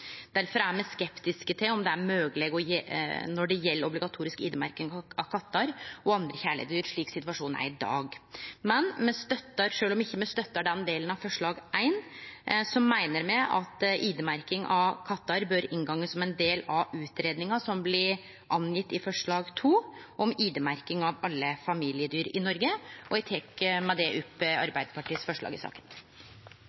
er me skeptiske til om det er mogleg å ha obligatorisk ID-merking av kattar og andre kjæledyr, slik situasjonen er i dag. Sjølv om me ikkje støttar den delen av forslag 1, meiner me at ID-merking av kattar bør inngå som ein del av utgreiinga som blir nemnd i forslag 2, om ID-merking av andre familiedyr i Noreg. Eg tek med det opp